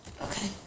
Okay